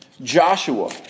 Joshua